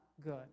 good